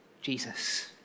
Jesus